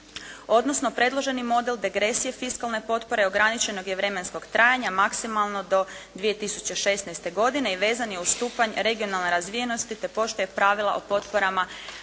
odnosno predloženi model degresije fiskalne potpore ograničenog je vremenskog trajanja maksimalno do 2016. godine i vezan je uz stupanj regionalne razvijenosti te poštuje pravila o potporama